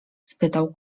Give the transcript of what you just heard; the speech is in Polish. spytał